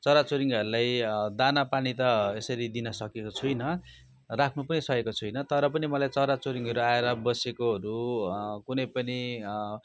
चराचुरुङ्गीहरूलाई दानापानी त यसरी दिन सकेको छुइनँ राख्नु पनि सकेको छुइनँ तर पनि मलाई चराचुरुङ्गीहरू आएर बसेकोहरू कुनै पनि